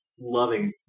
loving